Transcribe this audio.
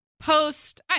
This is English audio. post